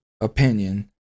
opinion